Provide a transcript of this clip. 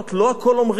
לא הכול אומרים.